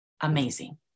amazing